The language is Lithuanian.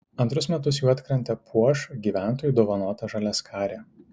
antrus metus juodkrantę puoš gyventojų dovanota žaliaskarė